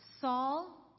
Saul